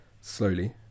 slowly